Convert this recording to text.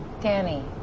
Danny